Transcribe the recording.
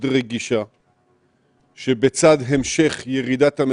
עובדים שנמצאים בחל"ת ולאפשר להם לפרנס את המשפחות שלהם.